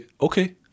okay